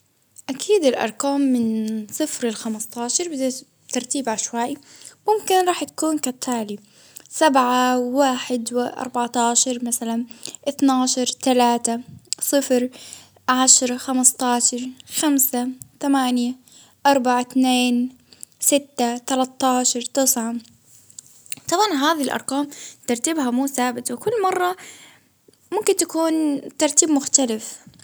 أكيد الأرقام من صفر لخمسة عشر ترتيب عشوائي، ممكن رح تكون كالتالي، سبعة، واحد، وأربعة، عشر، مثلا اتني عشر، تلاتة، صفر، عشرة، خمسة عشر ،خمسة، تمانية، أربعة، اتنين، ستة، ثلاثة، عشر، تسعة، طبعا هذي الأرقام، ترتيبها مو ثابت وكل مرة ممكن تكون ترتيب مختلف.